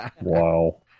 Wow